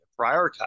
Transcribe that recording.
prioritize